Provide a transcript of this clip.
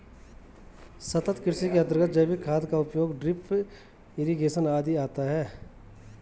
सतत् कृषि के अंतर्गत जैविक खाद का उपयोग, ड्रिप इरिगेशन आदि आता है